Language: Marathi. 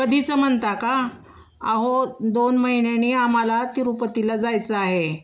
कधीचं म्हणता का अहो दोन महिन्यानी आम्हाला तिरुपतीला जायचं आहे